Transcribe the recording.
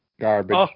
garbage